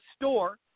store